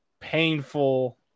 painful